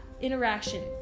interaction